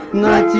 nine